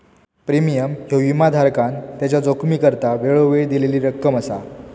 premium ह्यो विमाधारकान त्याच्या जोखमीकरता वेळोवेळी दिलेली रक्कम असा